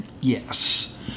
Yes